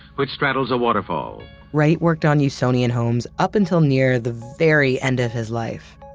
which straddles a waterfall wright worked on usonian homes up until near the very end of his life,